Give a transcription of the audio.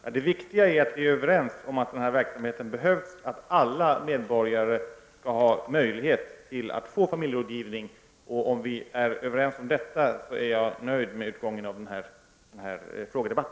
Herr talman! Det viktiga är att vi är överens om att denna viktiga verksamhet behövs och att alla medborgare skall ha möjlighet att ha tillgång till familjerådgivning. Om vi är överens om detta, är jag nöjd med utgången av denna frågedebatt.